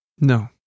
No